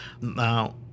Now